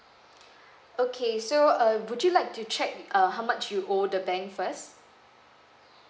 okay so uh would you like to check uh how much you owe the bank first